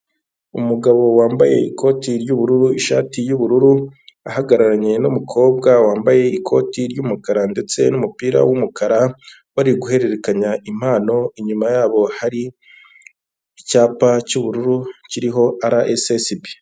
Umugabo wambaye ikoti ry'ubururu ishati y'ubururu ahagararanye n'umukobwa wambaye ikoti ry'umukara ndetse n'umupira w'umukara bari guhererekanya impano inyuma yabo hari icyapa cy'ubururu kiriho RSSB.